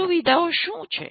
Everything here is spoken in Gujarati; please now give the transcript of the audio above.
આ સુવિધાઓ શું છે